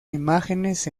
imágenes